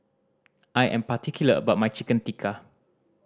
I am particular about my Chicken Tikka